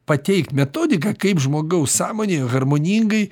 pateikt metodiką kaip žmogaus sąmonėje harmoningai